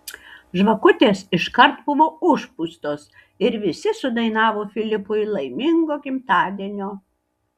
žvakutės iškart buvo užpūstos ir visi sudainavo filipui laimingo gimtadienio